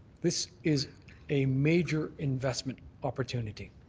this is a major investment opportunity.